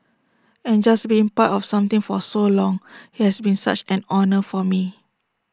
and just being part of something for so long IT has been such an honour for me